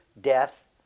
death